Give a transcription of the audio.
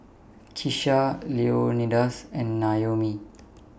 Kisha Leonidas and Naomi